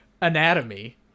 Anatomy